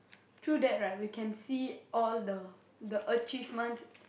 through that right we can see all the the achievements